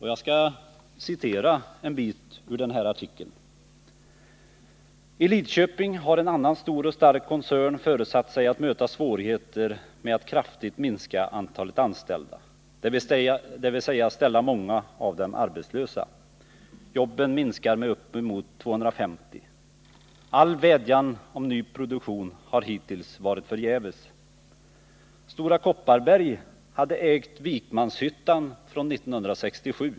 Jag skall citera en bit ur artikeln: ”I LIDKÖPING har en annan stor och stark koncern föresatt sig att möta svårigheter med att kraftigt minska antalet anställda, dvs ställa många av dem arbetslösa. Jobben minskar med uppemot 250. All vädjan om ny produktion har hittills varit förgäves. Stora Kopparberg hade ägt Vikmanshyttan från 1967.